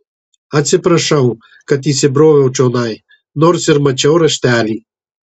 atsiprašau kad įsibroviau čionai nors ir mačiau raštelį